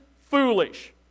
foolish